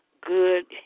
good